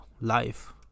life